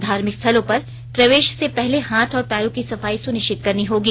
धार्मिक स्थलों पर प्रवेश से पहले हाथ और पैरों की सफाई सुनिश्चित करनो होगी